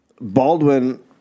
Baldwin